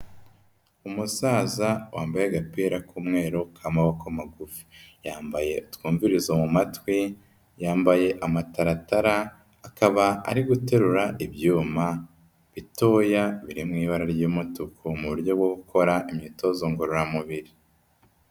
Umusaza wambaye agapira k'umweru k'amaboko magufi, yambaye utwumvirizo mu matwi, yambaye amataratara akaba ari guterura ibyuma bitoya biri mu ibara ry'umutuku mu buryo bwo gukora imyitozo ngororamubiri.